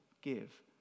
give